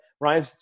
Ryan